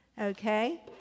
Okay